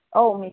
औ